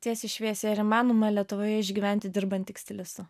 tiesiai šviesiai ar įmanoma lietuvoje išgyventi dirbant tik stilistu